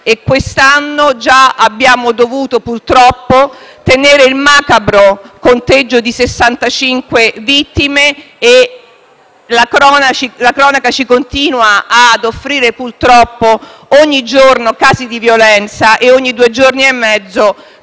e quest'anno già abbiamo dovuto, purtroppo, tenere il macabro conteggio di 65 vittime e la cronaca ci continua ad offrire ogni giorno casi di violenza e ogni due giorni e mezzo